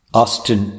Austin